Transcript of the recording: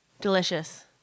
delicious